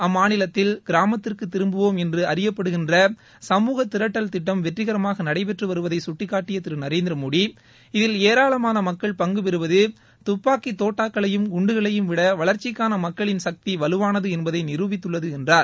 அம்மாநிலத்தில் கிராமத்திற்கு திரும்புவோம் என்று அறியப்படுகின்ற சமூக திரட்டல் திட்டம் வெற்றிகரமாக நடைபெற்று வருவதை கட்டிக்காட்டிய திரு நரேந்திரமோடி இதில் ஏராளமான மக்கள் பங்கு பெறுவது துப்பாக்கி தோட்டாக்களையும் குண்டுகளையும் விட வளர்ச்சிக்கான மக்களின் சக்தி வலுவானது என்பதை நிரூபித்துள்ளது என்றார்